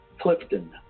Clifton